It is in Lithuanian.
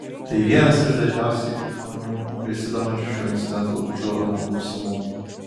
tai vienas iš dažniausiai žmonių besidominčiu šiuo incidentu užduodamų klausimų